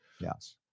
Yes